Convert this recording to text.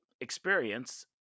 experience